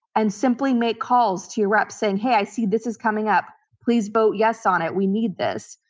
and simply make calls to reps saying, hey, i see this is coming up. please vote yes on it. we need this.